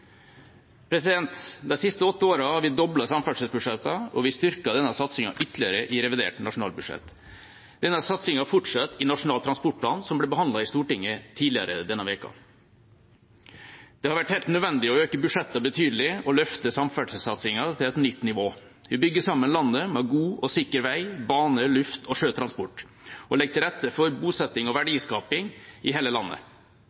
De siste åtte årene har vi doblet samferdselsbudsjettene, og vi styrker denne satsingen ytterligere i revidert nasjonalbudsjett. Satsingen fortsetter i Nasjonal transportplan, som ble behandlet i Stortinget tidligere denne uken. Det har vært helt nødvendig å øke budsjettene betydelig og løfte samferdselssatsingen til et nytt nivå. Vi bygger sammen landet med god og sikker vei-, bane-, luft- og sjøtransport og legger til rette for bosetting og verdiskaping i hele landet.